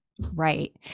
Right